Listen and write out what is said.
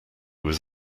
was